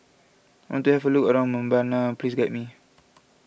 I want to for look around Mbabana please guide me